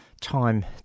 time